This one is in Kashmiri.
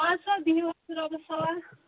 اَد سا بِہِو رۄبس حوالہ